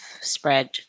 spread